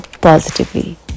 positively